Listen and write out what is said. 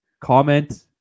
Comment